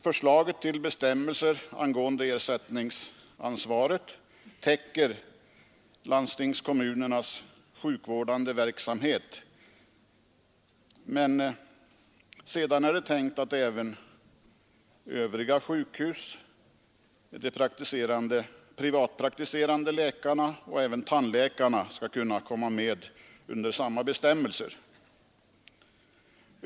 Förslaget till bestämmelser angående ersättningsansvaret berör landstingskommunernas sjukvårdande verksamhet, men det är även tänkt att övriga sjukhus, privatpraktiserande läkare och tandläkare skall komma in under samma bestämmelser.